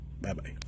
Bye-bye